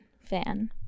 fan